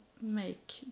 make